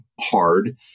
hard